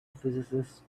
physicists